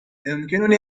أيمكنني